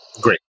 Great